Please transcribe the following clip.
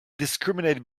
discriminated